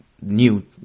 new